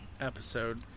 episode